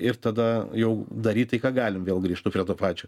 ir tada jau daryt tai ką galim vėl grįžtu prie to pačio